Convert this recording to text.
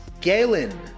Galen